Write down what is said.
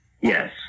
Yes